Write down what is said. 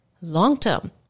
long-term